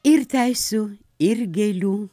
ir teisių ir gėlių